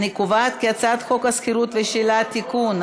אני קובעת כי הצעת חוק השכירות והשאילה (תיקון),